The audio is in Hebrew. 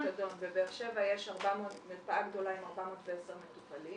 בבאר שבע יש מרפאה גדולה עם 410 מטופלים